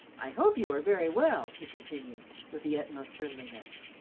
i hope you are very well, he continued, with the utmost friendliness.